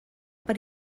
per